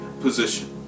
position